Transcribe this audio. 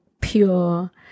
pure